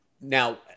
now